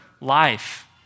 life